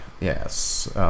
Yes